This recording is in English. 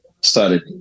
started